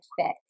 fit